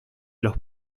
los